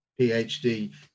phd